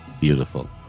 beautiful